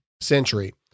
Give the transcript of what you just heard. century